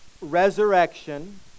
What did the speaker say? resurrection